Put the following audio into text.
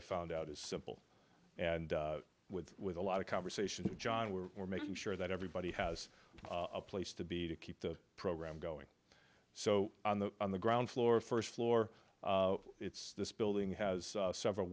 i found out is simple and with with a lot of conversation john were making sure that everybody has a place to be to keep the program going so on the on the ground floor first floor this building has several